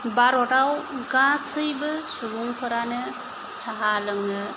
भारताव गासैबो सुबुंफोरानो साहा लोंनो